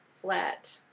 flat